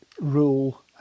rule